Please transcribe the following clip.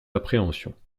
appréhensions